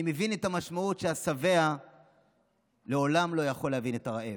אני מבין את המשמעות שהשבע לעולם לא יכול להבין את הרעב.